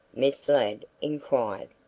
miss ladd inquired.